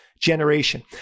generation